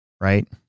right